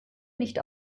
nicht